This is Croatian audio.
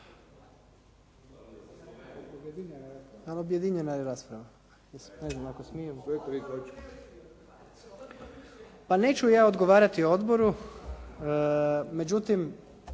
Pa neću ja odgovarati odboru, međutim